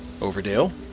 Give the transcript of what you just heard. Overdale